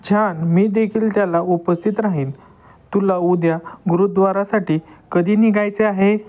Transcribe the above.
छान मी देखील त्याला उपस्थित राहीन तुला उद्या गुरुद्वारासाठी कधी निघायचे आहे